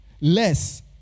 less